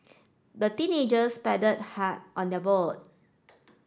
the teenagers paddled hard on their boat